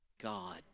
God